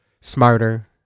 smarter